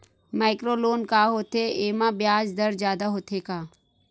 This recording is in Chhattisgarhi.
माइक्रो लोन का होथे येमा ब्याज दर जादा होथे का?